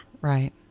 Right